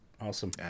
Awesome